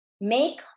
make